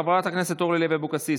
חברת הכנסת אורלי לוי אבקסיס,